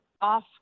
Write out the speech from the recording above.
off